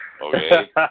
okay